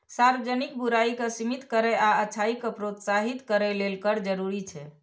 सार्वजनिक बुराइ कें सीमित करै आ अच्छाइ कें प्रोत्साहित करै लेल कर जरूरी छै